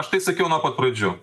aš tai sakiau nuo pat pradžių